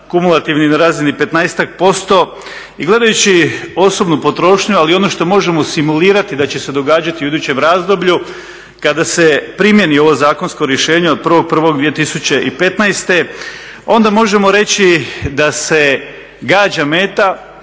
BDP-a … na razini 15-ak % i gledajući osobnu potrošnju, ali i ono što možemo simulirati da će se događati u idućem razdoblju, kada se primjeni ovo zakonsko rješenje od 01.01.2015., onda možemo reći da se gađa meta